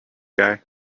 guy